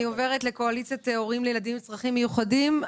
קואליציית הורים לילדים עם צרכים מיוחדים.